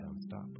stop